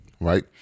right